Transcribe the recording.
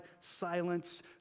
silence